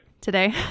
Today